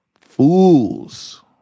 fools